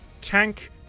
Tank